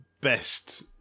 best